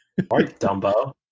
Dumbo